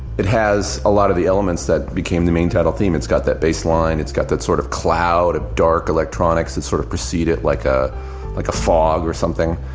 it has a lot of the elements that became the main title theme. it's got that bass line. it's got that sort of cloud of dark electronics and sort of precede it like ah like a fog or something.